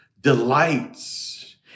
delights